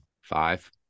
Five